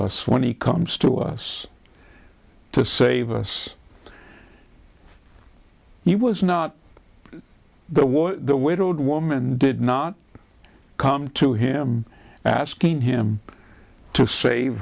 us when he comes to us to save us he was not the war the widowed woman did not come to him asking him to save